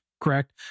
correct